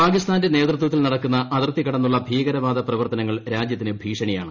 പാകിസ്ഥാന്റെ നേതൃത്വത്തിൽ നടക്കുന്ന അതിർത്തി കടന്നുളള ഭീകരവാദ ് പ്രവർത്തനങ്ങൾ രാജ്യത്തിന് ഭീഷണിയാണ്